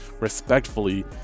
respectfully